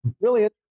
brilliant